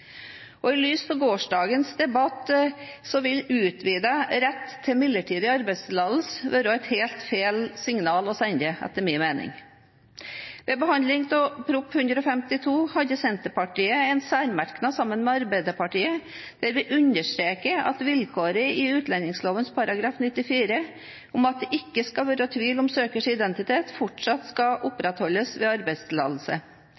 Og i lys av gårsdagens debatt vil utvidet rett til midlertidig arbeidstillatelse være et helt feil signal å sende, etter min mening. Ved behandling av Prop. 152 S hadde Senterpartiet en særmerknad sammen med Arbeiderpartiet der vi understreker at vilkåret i utlendingsloven § 94 om at det ikke er tvil om søkers identitet, fortsatt skal opprettholdes ved arbeidstillatelse.